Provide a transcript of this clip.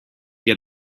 get